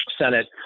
Senate